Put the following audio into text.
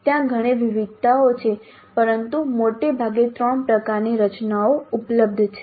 ત્યાં ઘણી વિવિધતાઓ છે પરંતુ મોટે ભાગે ત્રણ પ્રકારની રચનાઓ ઉપલબ્ધ છે